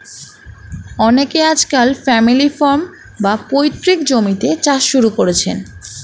অনেকে আজকাল family farm, বা পৈতৃক জমিতে চাষ শুরু করেছেন